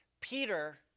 Peter